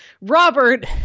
Robert